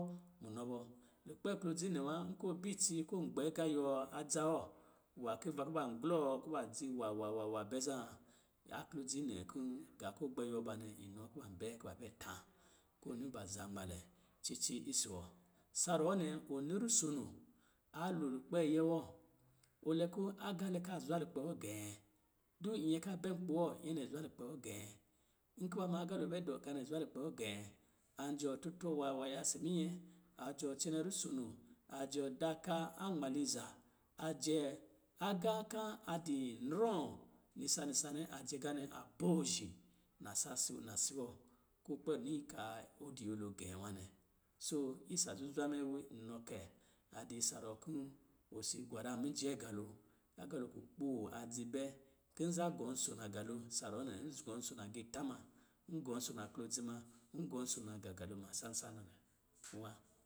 Munɔ bɔ, lukpɛ klodzi nɛ wa, nkɔ̄ ɔ bɛ itsi kɔ̄ ɔ gbɛ agā yuwɔ adza wɔ, nwā ki ba kuba glɔ wɔ kuba dzi wa wa wa wa bɛ zan, aklɔdzi nɛ kɔ̄ gā kɔ̄ gbɛ yuwɔ ba nɛ, inɔ kuba bɛ kuba bɛ ta. Ko ɔ ni ban zanmalɛ cici isi wɔ. Sa ruwɔ nɛ, wɔ ni ruso no a lo lukpɛɛyɛ wɔ, ɔlɛkɔ̄ agā lɛ ka zwa lukpɛ wɔ gɛ̄ɛ̄. Du nyɛ ka bɛ nkpā wɔ, nyɛ nɛ zwa lukpɛ wɔ gɛ̄ɛ̄. Nkɔ̄ ba ma agalo bɛ dɔ, gā nɛ zwa lukpɛ wɔ gɛ̄ɛ̄. An jɔ tutrɔ wa waya isi minyɛ, a jɔ cɛnɛ rusono, a jɔ daaka anmaliza, ajɛ agā kan a di nnrɔ̄ nisa nisa nɛ, a je gā nɛ ka boozhi na saāsi, nasi wɔ, kɔ kpɛ ni kaa ɔ di nyɛlo gɛ̄ nwā nɛ. Soo isa zuzwa mɛ nɔ kɛ, a di isa ruwɔ̄ kɔ̄ osi gwara muje galo, agalo kukpo a dzi bɛ kin za gɔnso nagalo sa ruwɔ̄ nɛ, n gɔnso nagiitā ma, n gɔnso na klodzi ma, n gɔnso nagagalo ma sansana nɛ wa.